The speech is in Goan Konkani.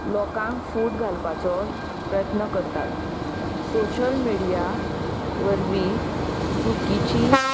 लोकांक फूट घालपाचो प्रयत्न करतात सोशियल मिडिया वरवीं चुकिची